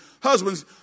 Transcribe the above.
husbands